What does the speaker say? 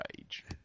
age